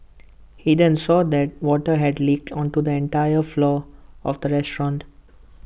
he then saw that water had leaked onto the entire floor of the restaurant